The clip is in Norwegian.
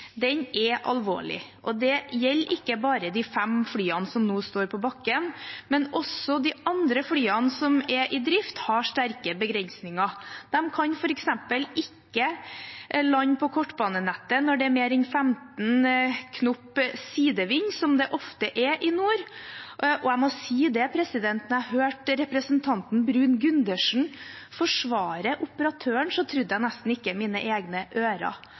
Den er alvorlig, og det gjelder ikke bare de fem flyene som nå står på bakken. Også de andre flyene som er i drift, har sterke begrensninger. De kan f.eks. ikke lande på kortbanenettet når det er mer enn 15 knop sidevind, som det ofte er i nord. Jeg må si at da jeg hørte representanten Bruun-Gundersen forsvare operatøren, trodde jeg nesten ikke mine egne ører.